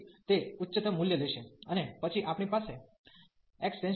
તેથી તે ઉચ્ચતમ મૂલ્ય લેશે અને પછી આપણી પાસે x→a છે